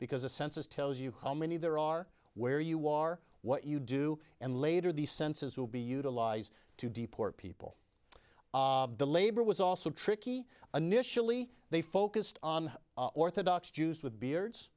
because the census tells you how many there are where you are what you do and later the census will be utilized to deport people the labor was also tricky initially they focused on orthodox jews with beards